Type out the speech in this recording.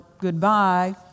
goodbye